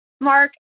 Mark